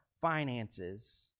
finances